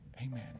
Amen